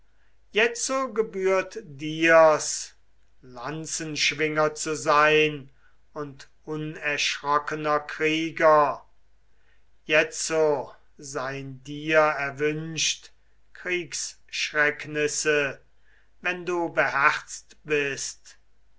jetzo gebührt dir's lanzenschwinger zu sein und unerschrockener krieger jetzo sein dir erwünscht kriegsschrecknisse wenn du beherzt bist